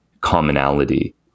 commonality